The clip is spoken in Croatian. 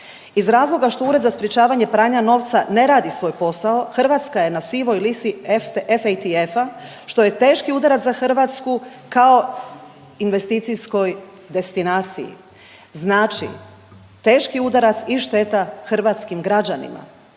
Iz razloga što Ured za sprječavanje pranja novca ne radi svoj posao Hrvatska je na sivoj listi FATF-a što je teški udarac za Hrvatsku kao investicijskoj destinaciji. Znači teški udarac i šteta hrvatskim građanima,